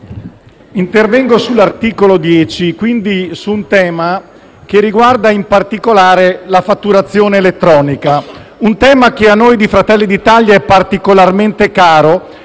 intervengo sull'articolo 10, quindi su un articolo che riguarda in particolare la fatturazione elettronica. Si tratta di un tema che a noi di Fratelli d'Italia è particolarmente caro,